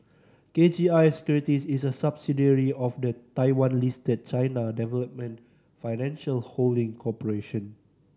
K G I Securities is a subsidiary of the Taiwan Listed China Development Financial Holding Corporation